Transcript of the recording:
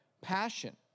Passion